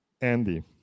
Andy